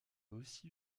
aussi